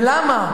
ולמה?